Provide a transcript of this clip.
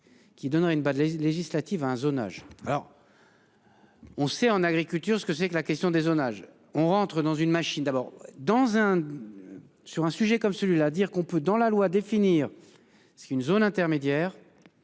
Qui donnerait une balle les législatives un zonage alors. On sait en agriculture ce que c'est que la question des zonages, on rentre dans une machine d'abord dans un. Sur un sujet comme celui-là, dire qu'on peut dans la loi définir ce qu'est une zone intermédiaire.